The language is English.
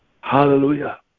Hallelujah